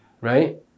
right